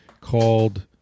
called